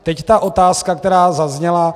Teď ta otázka, která zazněla.